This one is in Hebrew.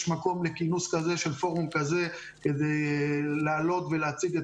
יש מקום לכינוס של פורום כזה כדי להעלות ולהציג את